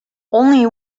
only